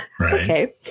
Okay